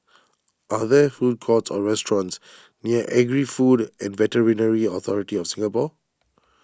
are there food courts or restaurants near Agri Food and Veterinary Authority of Singapore